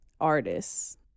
artists